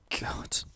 God